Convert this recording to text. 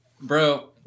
Bro